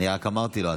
אני רק אמרתי לו.